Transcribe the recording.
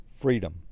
freedom